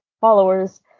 followers